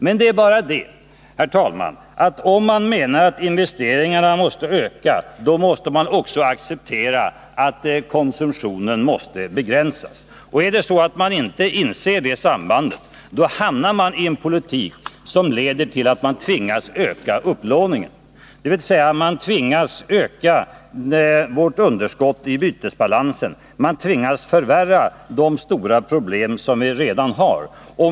Men det är bara det, herr talman, att om man menar att investeringarna måste öka så måste man också acceptera att konsumtionen måste begränsas. Är det så att man inte inser det sambandet hamnar man i en politik som leder till att man tvingas öka upplåningen, dvs. man tvingas öka vårt underskott i bytesbalansen, man tvingas förvärra de stora problem som vi redan har.